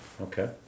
Okay